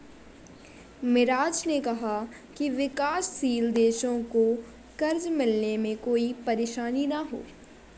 मिराज ने कहा कि विकासशील देशों को कर्ज मिलने में कोई परेशानी न हो